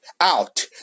out